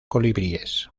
colibríes